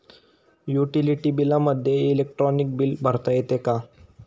Utility बिलामध्ये electronic bill भरता येते का?